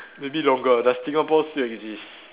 maybe longer does Singapore still exist